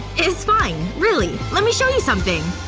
it's fine. really. let me show you something